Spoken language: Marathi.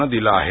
नं दिलं आहे